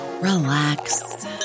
relax